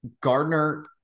Gardner